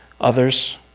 others